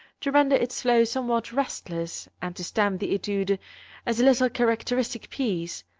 to render its flow somewhat restless and to stamp the etude as a little characteristic piece,